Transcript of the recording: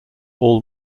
all